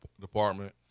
department